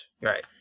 Right